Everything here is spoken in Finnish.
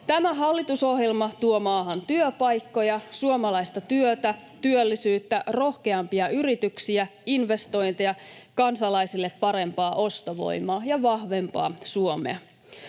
Tämä hallitusohjelma tuo maahan työpaikkoja, suomalaista työtä, työllisyyttä, rohkeampia yrityksiä, investointeja, kansalaisille parempaa ostovoimaa ja vahvempaa Suomea.